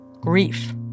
grief